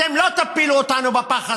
אתם לא תפילו אותנו בפח הזה,